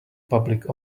public